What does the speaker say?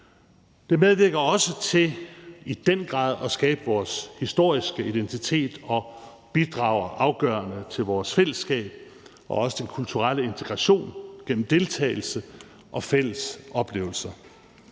i den grad også til at skabe vores historiske identitet; og det bidrager afgørende til vores fællesskab og også den kulturelle integration gennem deltagelse og fælles oplevelser.